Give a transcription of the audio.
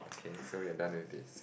okay so we are done with this